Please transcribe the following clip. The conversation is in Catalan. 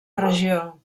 regió